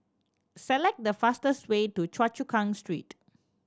select the fastest way to Choa Chu Kang Street